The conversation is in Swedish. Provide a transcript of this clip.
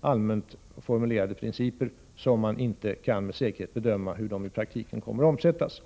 allmänt formulerade principer som vi inte med bestämdhet kan bedöma hur de i praktiken kommer att omsättas.